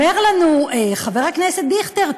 אומר לנו חבר הכנסת דיכטר,